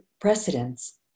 precedents